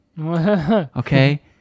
Okay